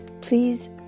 Please